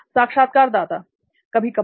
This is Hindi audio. साक्षात्कारदाता कभी कभार